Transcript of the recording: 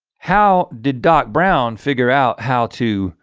how did doc brown figure out how to